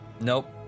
Nope